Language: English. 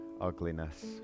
ugliness